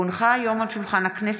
כי הונחה היום על שולחן הכנסת,